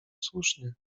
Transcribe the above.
słusznie